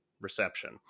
reception